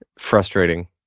frustrating